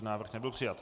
Návrh nebyl přijat.